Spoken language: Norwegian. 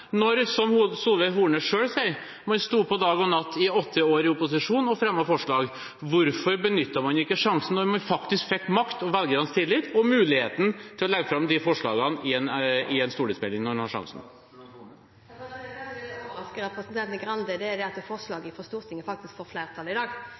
når man, som Solveig Horne selv sier, sto på dag og natt i åtte år i opposisjon og fremmet forslag. Hvorfor benyttet man ikke sjansen når man faktisk fikk makt og velgernes tillit og muligheten til å legge fram de forslagene i en stortingsmelding, når en har sjansen? Kanskje det som overrasker representanten Grande, er at forslaget fra Stortinget faktisk får flertall i dag – uten at jeg skal gå videre inn på det. Det